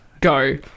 go